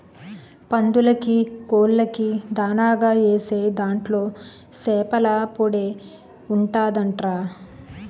పందులకీ, కోళ్ళకీ దానాగా ఏసే దాంట్లో సేపల పొడే ఉంటదంట్రా